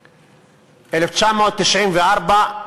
1994,